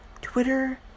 Twitter